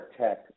tech